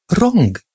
wrong